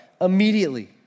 immediately